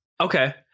Okay